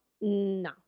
No